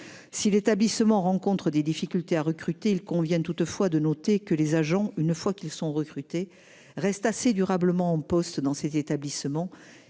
Si l'établissement rencontrent des difficultés à recruter. Il convient toutefois de noter que les agents, une fois qu'ils sont recrutés reste assez durablement en poste dans ces établissements